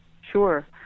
Sure